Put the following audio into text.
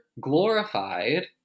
glorified